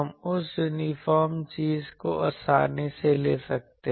हम इस यूनिफॉर्म चीज़ को आसानी से ले सकते हैं